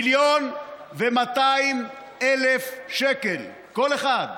1.2 מיליון שקל כל אחד.